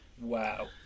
Wow